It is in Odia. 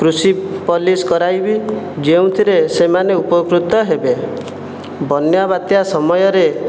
କୃଷି ପଲିସି କରାଇବି ଯେଉଁଥିରେ ସେମାନେ ଉପକୃତ ହେବେ ବନ୍ୟାବାତ୍ୟା ସମୟରେ